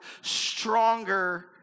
stronger